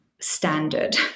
standard